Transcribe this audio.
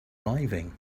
arriving